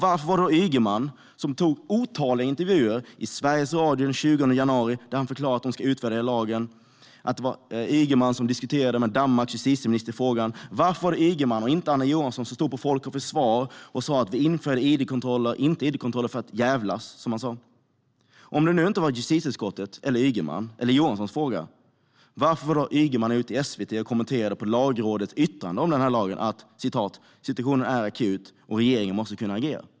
Varför gjorde Ygeman otaliga intervjuer i Sveriges Radio den 20 januari och förklarade att lagen skulle utvärderas? Varför var det Ygeman som diskuterade frågan med Danmarks justitieminister? Varför var det Ygeman och inte Anna Johansson som stod på Folk och Försvar och sa att det inte var för att jävlas som vi införde id-kontroller? Om det nu inte var justitieutskottets, Ygemans eller Morgan Johanssons fråga, varför kommenterade Ygeman i SVT Lagrådets yttrande om lagen med att situationen var akut och att regeringen måste kunna agera?